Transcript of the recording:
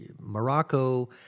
Morocco